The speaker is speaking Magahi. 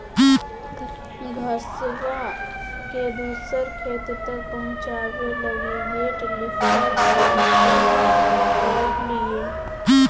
घसबा के दूसर खेत तक पहुंचाबे लगी वेट लिफ्टर के इस्तेमाल करलियै